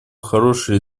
хороший